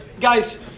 Guys